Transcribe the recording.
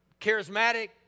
charismatic